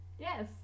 Yes